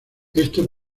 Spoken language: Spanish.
esto